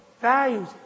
values